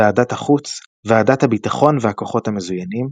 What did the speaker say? ועדת החוץ, ועדת הביטחון והכוחות המזוינים,